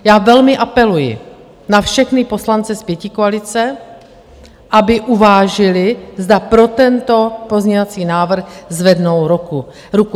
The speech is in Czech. Já velmi apeluji na všechny poslance z pětikoalice, aby uvážili, zda pro tento pozměňovací návrh zvednou ruku.